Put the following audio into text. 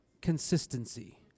Consistency